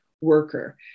worker